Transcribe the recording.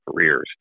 careers